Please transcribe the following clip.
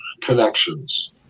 connections